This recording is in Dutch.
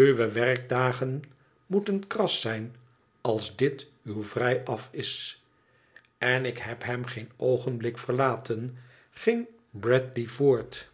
uwe werkdagen moeten kras zijn als dit uw vrijaf is in ik heb hem geen oogenblik verlaten ging bradley voort